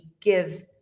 give